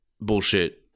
bullshit